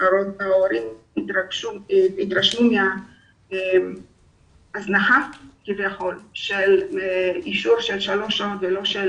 וההורים התרשמו מההזנחה כביכול של אישור של שלוש שעות ולא של